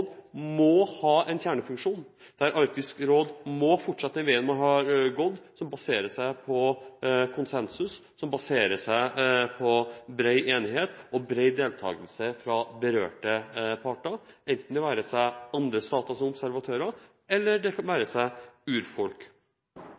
må ha en kjernefunksjon. Arktisk råd må fortsette på den veien man har gått, som baserer seg på konsensus, bred enighet og bred deltakelse fra berørte parter – det være seg andre staters observatører eller urfolk. Men det er også sånn at man fra parlamentarisk hold etterlyser om ikke Arktisk råd kan